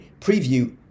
preview